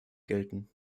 gelten